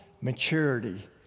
maturity